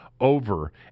over